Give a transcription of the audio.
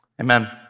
Amen